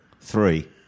Three